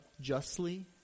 justly